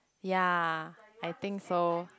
ya I think so